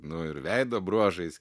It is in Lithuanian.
nu ir veido bruožais